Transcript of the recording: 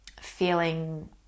feeling